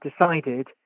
decided